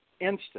instant